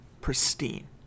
pristine